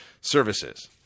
services